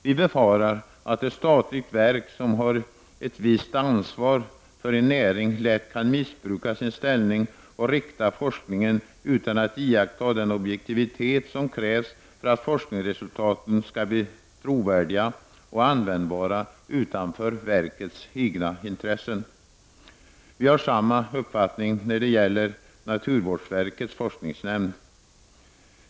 Vi befarar att ett statligt verk som har ett visst ansvar för en näring lätt kan missbruka sin ställning och rikta forskningen utan att iaktta den objektivitet som krävs för att forskningsresultaten skall bli trovärdiga och användbara utanför verkets egna intressen. Vi har samma uppfattning när det gäller naturvårdsverkets forskningsnämnd.